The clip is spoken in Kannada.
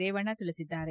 ರೇವಣ್ಣ ತಿಳಿಸಿದ್ದಾರೆ